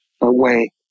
away